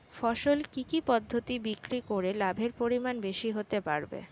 ফসল কি কি পদ্ধতি বিক্রি করে লাভের পরিমাণ বেশি হতে পারবে?